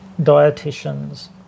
dieticians